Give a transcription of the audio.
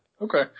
Okay